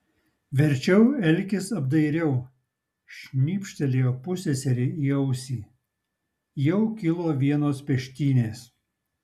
verčiau elkis apdairiau šnypštelėjo pusseserei į ausį jau kilo vienos peštynės